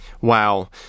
Wow